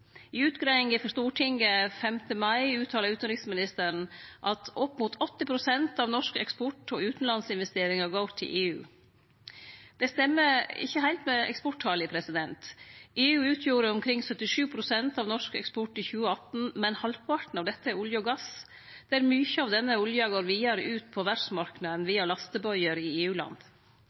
I utgreiinga for Stortinget 5. mai uttala utanriksministeren at opp mot 80 pst. av norsk eksport og utanlandsinvesteringar går til EU. Det stemmer ikkje heilt med eksporttala. EU utgjorde omkring 77 pst. av norsk eksport i 2018, men halvparten av dette er olje og gass, der mykje av olja går vidare ut på verdsmarknaden via lastebøyer i